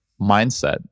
mindset